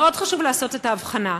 מאוד חשוב לעשות את ההבחנה,